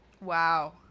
Wow